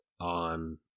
on